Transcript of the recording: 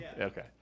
Okay